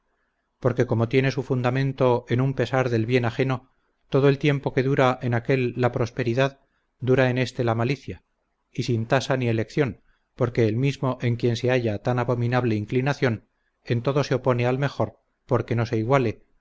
porque como tiene su fundamento en un pesar del bien ajeno todo el tiempo que dura en aquel la prosperidad dura en este la malicia y sin tasa ni elección porque el mismo en quien se halla tan abominable inclinación en todo se opone al menor porque no se iguale